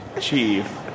chief